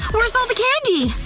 where's all the candy!